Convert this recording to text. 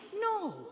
No